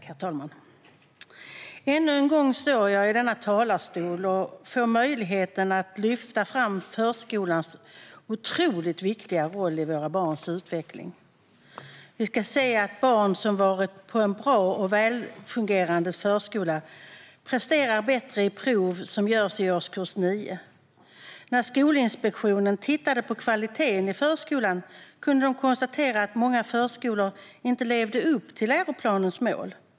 Herr talman! Ännu en gång står jag i denna talarstol och får möjligheten att lyfta fram förskolans otroligt viktiga roll i våra barns utveckling. Vi kan se att barn som varit på en bra och välfungerande förskola presterar bättre i prov som görs i årskurs 9. När Skolinspektionen tittade på kvaliteten i förskolan kunde de konstatera att många förskolor inte levde upp till läroplanens mål.